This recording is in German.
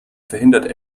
verhindert